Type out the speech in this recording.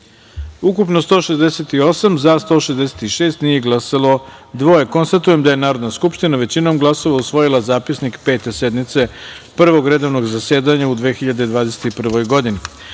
ukupno - 168, za – 166, nije glasalo dvoje. Konstatujem da je Narodna skupština, većinom glasova, usvojila Zapisnik Pete sednice Prvog redovnog zasedanja u 2021.